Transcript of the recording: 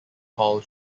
tall